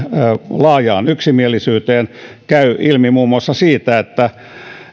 laajaan yksimielisyyteen käy ilmi muun muassa siitä että